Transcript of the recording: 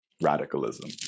radicalism